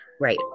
right